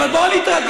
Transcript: אבל בואו נתרכז.